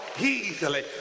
easily